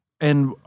And-